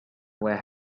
were